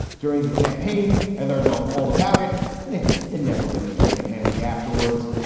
during the campaign. i learned all all about it and it it never really came in handy afterwards.